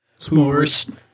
S'mores